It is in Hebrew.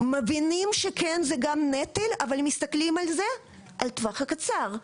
מבינים שכן זה גם נטל אבל הם מסתכלים על זה על הטווח הקצר.